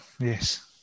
yes